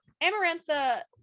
amarantha